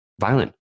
violent